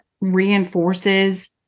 reinforces